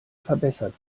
verbessert